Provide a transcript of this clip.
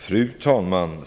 Fru talman!